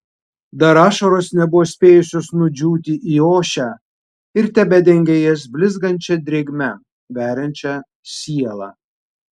dar ašaros nebuvo spėjusios nudžiūti į ošę ir tebedengė jas blizgančia drėgme veriančia sielą